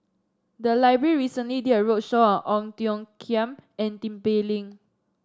the library recently did a roadshow on Ong Tiong Khiam and Tin Pei Ling